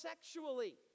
sexually